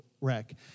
wreck